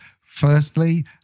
firstly